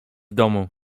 domu